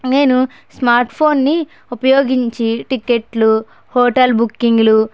నేను స్మార్ట్ ఫోన్ని ఉపయోగించి టికెట్లు హోటల్ బుకింగ్లు